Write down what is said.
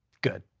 good.